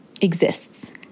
exists